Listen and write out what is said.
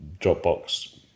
Dropbox